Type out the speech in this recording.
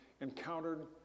encountered